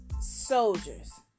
soldiers